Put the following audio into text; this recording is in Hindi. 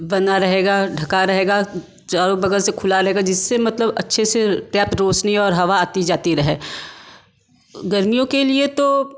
बना रहेगा ढका रहेगा चारों बगल से खुला रहेगा जिससे मतलब अच्छे से गैप रौशनी और हवा आती जाती रहे गर्मियों के लिए तो